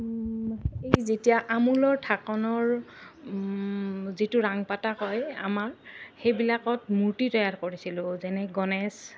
এই যেতিয়া আমোলৰ ঢাকনৰ যিটো ৰাংপাতা কয় আমাৰ সেইবিলাকত মূৰ্তি তৈয়াৰ কৰিছিলোঁ যেনে গণেশ